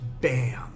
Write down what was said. bam